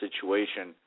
situation